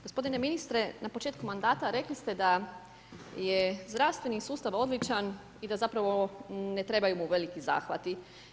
Gospodine ministre, na početku mandata rekli ste da je zdravstveni sustav odličan i da zapravo ne trebaju mu veliki zahvati.